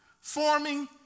forming